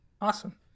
Awesome